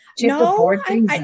No